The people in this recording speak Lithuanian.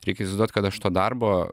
reikia įsivaizduot kad aš to darbo